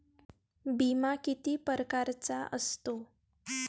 बिमा किती परकारचा असतो?